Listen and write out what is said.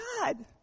God